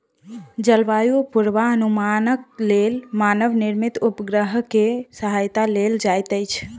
जलवायु पूर्वानुमानक लेल मानव निर्मित उपग्रह के सहायता लेल जाइत अछि